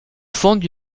fondent